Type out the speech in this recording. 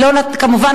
כמובן,